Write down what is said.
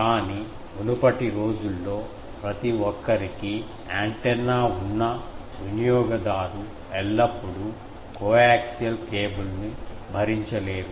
కానీ మునుపటి రోజుల్లో ప్రతిఒక్కరికీ యాంటెన్నా ఉన్నా వినియోగదారు ఎల్లప్పుడూ కోయాక్సియల్ కేబుల్ను భరించలేరు